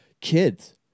kids